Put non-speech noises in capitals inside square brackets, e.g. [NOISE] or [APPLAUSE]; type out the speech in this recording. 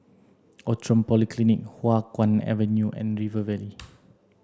Outram Polyclinic Hua Guan Avenue and River Valley [NOISE]